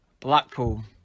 Blackpool